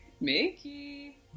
Mickey